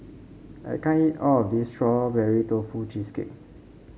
I can't eat all of this Strawberry Tofu Cheesecake